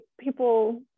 people